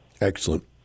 Excellent